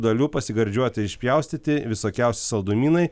dalių pasigardžiuoti išpjaustyti visokiausi saldumynai